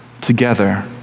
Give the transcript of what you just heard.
together